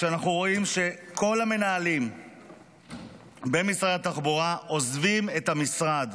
כשאנחנו רואים שכל המנהלים במשרד התחבורה עוזבים את המשרד,